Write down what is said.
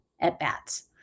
at-bats